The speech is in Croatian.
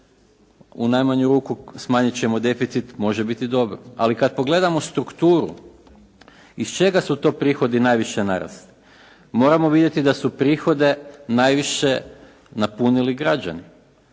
u najmanju ruku smanjiti ćemo deficit, može biti dobro, ali kad pogledamo strukturi iz čega su to prihodi najviše narasli moramo vidjeti da su prihode najviše napunili građani.